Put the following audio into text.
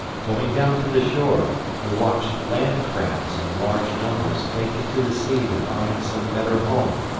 going down to the shore, we watched land-crabs in large numbers taking to the sea to find some better home.